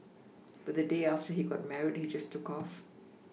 but the day after he got married he just took off